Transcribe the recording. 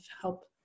help